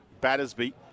Battersby